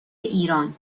ایران